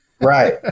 Right